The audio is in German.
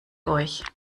euch